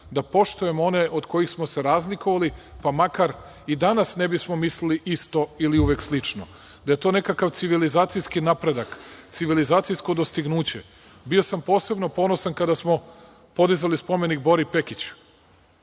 da poštujemo one od kojih smo se razlikovali, pa makar i danas ne bismo mislili isto ili uvek slično. Da je to nekakav civilizacijski napredak, civilizacijsko dostignuće. Bio sam posebno ponosan kada smo podizali spomenik Bori Pekiću.